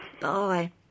Bye